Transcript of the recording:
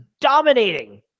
dominating